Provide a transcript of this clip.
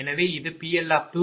எனவே இது PL2jQL2400j300kVA0